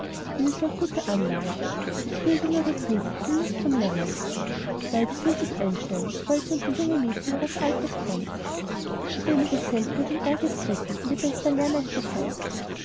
gute anlagen es fehlt ihr nur der trieb die lust zum lernen beides wird sich einstellen sobald sie unter junge mädchen ihres alters kommt das streben derselben wird ihren ehrgeiz wecken und ihr bester lehrmeister sein